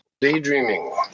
daydreaming